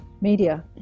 Media